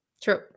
True